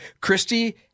Christie